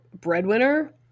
breadwinner